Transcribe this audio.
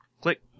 Click